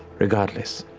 regardless,